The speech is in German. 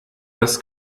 das